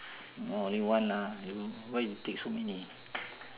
only one lah you why you take so many